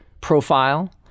profile